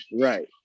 Right